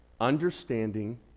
understanding